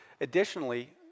Additionally